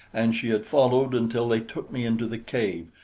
and she had followed until they took me into the cave,